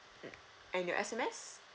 and your S_M_S